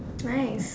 nice